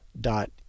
dot